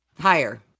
Higher